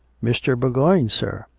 mr. bourgoign, sir?